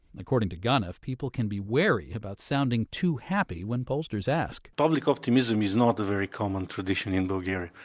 according to ganev, people can be wary about sounding too happy when pollsters ask public optimism is not a very common tradition in bulgaria.